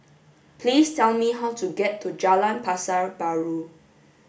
please tell me how to get to Jalan Pasar Baru